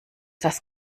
das